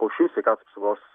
po šių sveikatos apsaugos